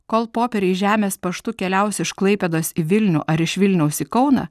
kol popieriai žemės paštu keliaus iš klaipėdos į vilnių ar iš vilniaus į kauną